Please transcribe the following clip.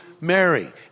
Mary